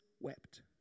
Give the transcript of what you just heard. wept